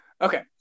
Okay